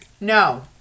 No